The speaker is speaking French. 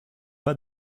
pas